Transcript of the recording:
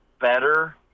better